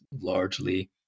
largely